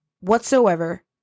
whatsoever